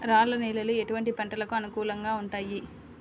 రాళ్ల నేలలు ఎటువంటి పంటలకు అనుకూలంగా ఉంటాయి?